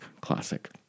classic